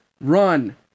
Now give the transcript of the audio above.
Run